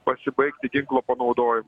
pasibaigti ginklo panaudojim